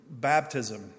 baptism